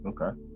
Okay